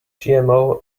gmo